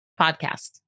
Podcast